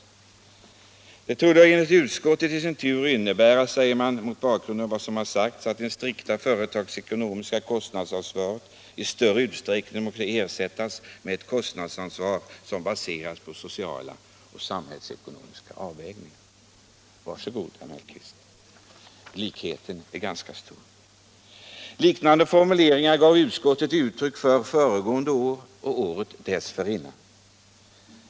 Jo: ”Detta torde enligt utskottet i sin tur innebära att det strikta företagsekonomiska kostnadsansvaret i större utsträckning måste ersättas med ett kostnadsansvar som baseras på sociala och samhällsekonomiska avvägningar.” Varsågod, herr Mellqvist. Likheten är ganska stor. Liknande formuleringar gav utskottet uttryck för förra året och året dessförinnan.